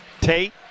Tate